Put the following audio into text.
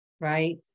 right